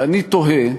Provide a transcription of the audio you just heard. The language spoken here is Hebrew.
ואני תוהה: